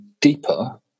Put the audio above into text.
deeper